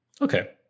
Okay